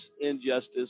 injustice